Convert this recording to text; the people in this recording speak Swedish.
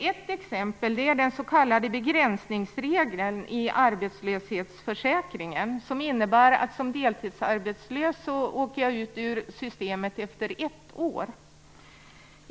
Ett exempel är den s.k. begränsningsregeln i arbetslöshetsförsäkringen, som innebär att man som deltidsarbetslös åker ut ur systemet efter ett år.